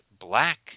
black